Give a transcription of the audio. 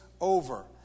over